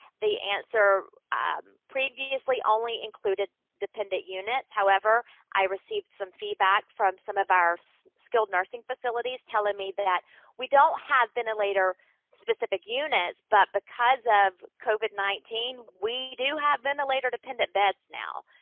the answer previously only included dependent units. however, i received some feedback from some of our so skilled nursing facilities telling me that we don't have ventilator specific units, but because of covid nineteen, we do have ventilator dependent beds now.